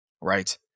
right